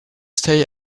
stay